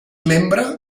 membre